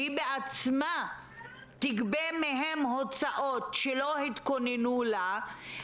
שהיא בעצמה תגבה מהם הוצאות שלא התכוננו לה,